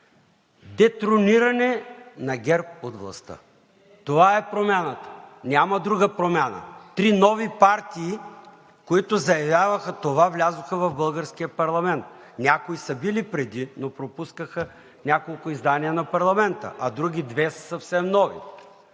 Детрониране на ГЕРБ от властта! Това е промяната! Няма друга промяна! Три нови партии, които заявяваха това, влязоха в българския парламент. Някои са били преди, но пропускаха няколко издания на парламента, а други две са съвсем нови